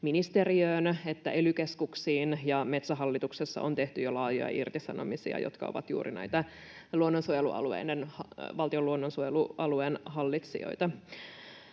ministeriöön että ely-keskuksiin. Metsähallituksessa on tehty jo laajoja irtisanomisia, ne ovat juuri näitä valtion luonnonsuojelualueen hallitsijoita.